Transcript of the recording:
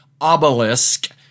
Obelisk